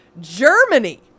Germany